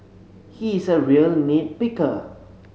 he is a real nit picker